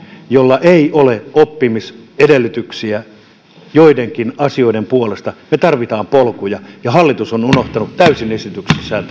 jolla ei ole oppimisedellytyksiä joidenkin asioiden puolesta me tarvitsemme polkuja ja hallitus on unohtanut esityksessään